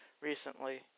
recently